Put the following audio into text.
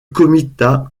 comitat